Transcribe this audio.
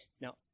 Now